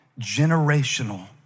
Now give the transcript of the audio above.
generational